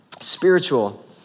Spiritual